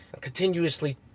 continuously